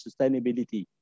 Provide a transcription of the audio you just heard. sustainability